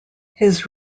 his